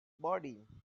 body